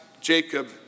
Jacob